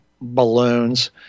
balloons